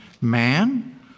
Man